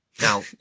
Now